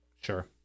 Sure